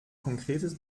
konkretes